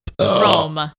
Rome